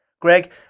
gregg,